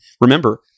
Remember